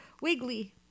Wiggly